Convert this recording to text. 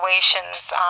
situations